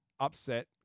Upset